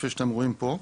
כפי שאתם רואים פה.